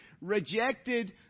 Rejected